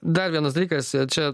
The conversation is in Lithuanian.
dar vienas dalykas čia